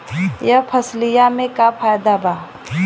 यह फसलिया में का फायदा बा?